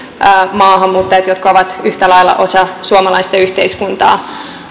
maahanmuuttajat jotka ovat yhtä lailla osa suomalaista yhteiskuntaa